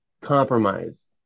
compromise